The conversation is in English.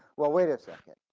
well, wait second.